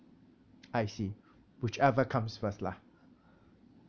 I see whichever comes first lah